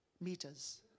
meters